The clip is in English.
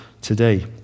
today